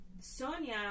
Sonia